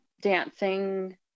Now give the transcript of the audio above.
dancing